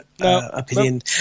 opinion